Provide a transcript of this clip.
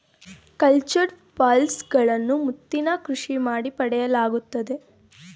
cultured pearls ಗಳನ್ನು ಮುತ್ತಿನ ಕೃಷಿ ಮಾಡಿ ಪಡೆಯಲಾಗುತ್ತದೆ